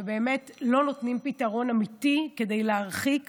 ובאמת לא נותנת פתרון אמיתי כדי להרחיק